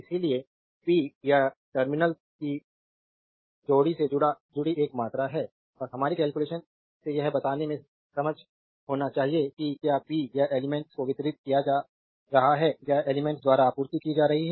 इसलिए पी या टर्मिनलों की जोड़ी से जुड़ी एक मात्रा है और हमारी कैलकुलेशन से यह बताने में सक्षम होना चाहिए कि क्या पी या एलिमेंट्स को वितरित किया जा रहा है या एलिमेंट्स द्वारा आपूर्ति की जा रही है